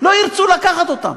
לא ירצו לקחת אותם.